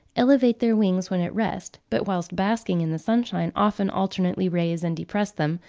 elevate their wings when at rest, but whilst basking in the sunshine often alternately raise and depress them,